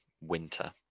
winter